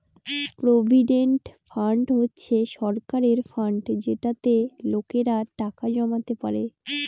provident fund হচ্ছে সরকারের fund যেটাতে লোকেরা টাকা জমাতে পারে